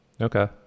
Okay